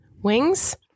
Wings